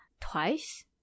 Twice